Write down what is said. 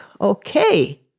okay